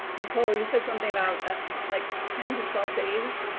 nicole, you said something about like ten to twelve days.